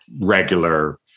regular